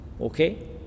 okay